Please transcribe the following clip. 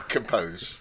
Compose